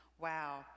Wow